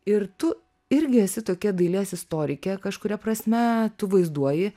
ir tu irgi esi tokia dailės istorikė kažkuria prasme tu vaizduoji